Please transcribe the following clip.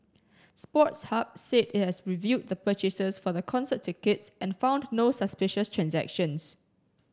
sports Hub said it has reviewed the purchases for the concert tickets and found no suspicious transactions